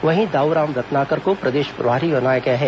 वहीं दाऊराम रत्नाकर को प्रदेश प्रभारी बनाया गया है